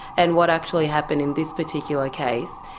and what actually happened in this particular case,